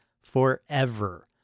forever